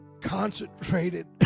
concentrated